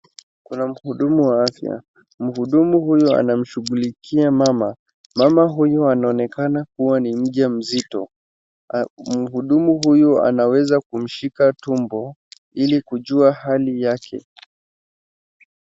Kuna mhudumu wa afya, mhudumu huyu anamshughulikia mama. Mama huyu anaonekana kuwa ni mjamzito, mhudumu huyu anaweza kumshika tumbo ili kujua hali yake.